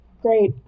great